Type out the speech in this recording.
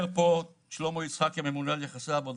אומר פה שלמה יצחקי, הממונה על יחסי עבודה: